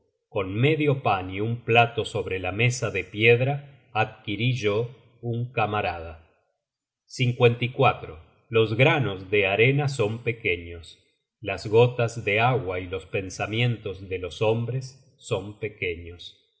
con medio pan y un plato sobre la mesa de piedra adquirí yo un camarada los granos de arena son pequeños las gotas de agua y los pensamientos de los hombres son pequeños